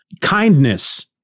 kindness